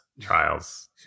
Trials